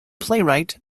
playwright